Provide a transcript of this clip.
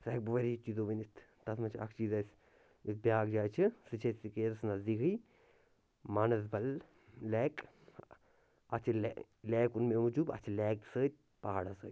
سُہ ہیٚکہٕ بہٕ واریاہو چیٖزو ؤنِتھ تَتھ منٛز چھُ اَکھ چیٖز اسہِ یۄس بیٛاکھ جاے چھِ سۄ چھِ اسہِ ییٚتی حظ نزدیٖکٕے مانَسبَل لیک اَتھ چھِ لیک ووٚن مےٚ اَمہِ موجوٗب اَتھ چھِ لیک سۭتۍ پہاڑَس سۭتۍ